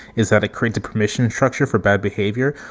is that it creates a commission structure for bad behavior.